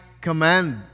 command